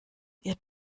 ihr